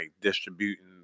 distributing